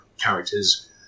characters